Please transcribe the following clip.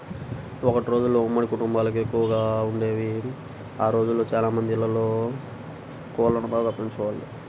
ఒకప్పటి రోజుల్లో ఉమ్మడి కుటుంబాలెక్కువగా వుండేవి, ఆ రోజుల్లో చానా మంది ఇళ్ళల్లో కోళ్ళను బాగా పెంచేవాళ్ళు